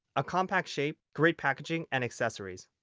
a compact shape, great packaging and accessories.